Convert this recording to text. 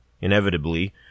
inevitably